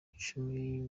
icumi